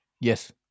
Yes